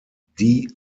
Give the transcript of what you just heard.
die